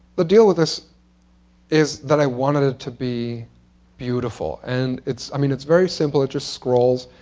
the deal with this is that i wanted it to be beautiful. and it's, i mean, it's very simple. it just scrolls.